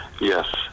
yes